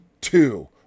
two